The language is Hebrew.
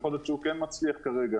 יכול להיות שהוא כן מצליח כרגע.